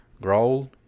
growl